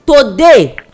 today